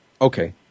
Okay